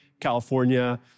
California